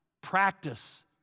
practice